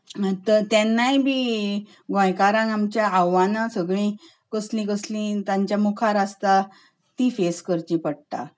तेन्नाय बी गोंयकारांक आमच्या आव्हानां सगळीं कसली कसली तांच्या मुखार आसता तीं फेस करचीं पडटात